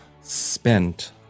spent